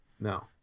No